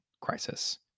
crisis